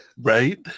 Right